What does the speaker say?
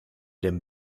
dem